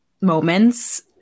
moments